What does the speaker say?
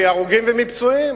מהרוגים ומפצועים.